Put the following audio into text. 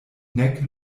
nek